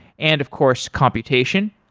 and of course, computation.